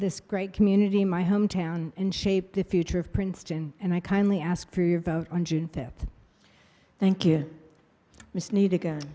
this great community in my hometown and shape the future of princeton and i kindly ask for your vote on june fifth thank you miss need to go